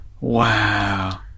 Wow